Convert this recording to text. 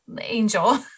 angel